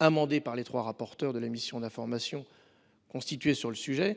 des trois rapporteurs de la mission d'information constituée sur le sujet.